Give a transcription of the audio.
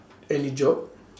any job